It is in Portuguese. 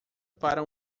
para